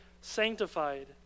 sanctified